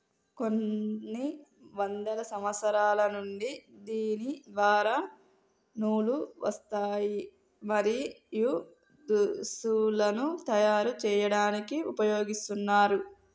కొన్ని వందల సంవత్సరాల నుండి దీని ద్వార నూలు, వస్త్రాలు, మరియు దుస్తులను తయరు చేయాడానికి ఉపయోగిస్తున్నారు